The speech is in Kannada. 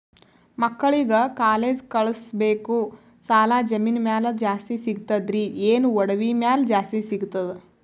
ಮಕ್ಕಳಿಗ ಕಾಲೇಜ್ ಕಳಸಬೇಕು, ಸಾಲ ಜಮೀನ ಮ್ಯಾಲ ಜಾಸ್ತಿ ಸಿಗ್ತದ್ರಿ, ಏನ ಒಡವಿ ಮ್ಯಾಲ ಜಾಸ್ತಿ ಸಿಗತದ?